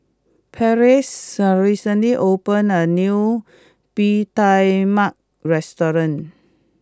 Pleas recently opened a new Bee Tai Mak restaurant